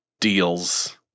deals